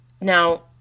Now